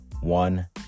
one